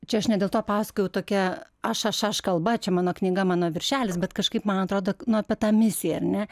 čia aš ne dėl to pasakojau tokia aš aš aš kalba čia mano knyga mano viršelis bet kažkaip man atrodo nu apie tą misiją ar ne